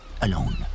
alone